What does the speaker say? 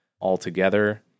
altogether